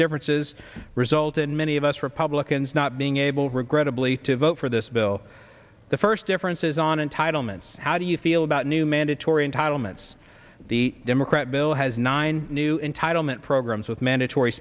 differences result in many of us republicans not being able regrettably to vote for this bill the first differences on entitlements how do you feel about new mandatory entitlements the democrat bill has nine new entitlement programs with mandatory